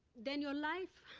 then, your life